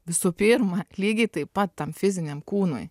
visų pirma lygiai taip pat tam fiziniam kūnui